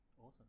awesome